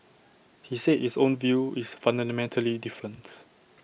he said his own view is fundamentally different